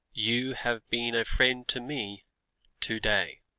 you have been a friend to me to-day.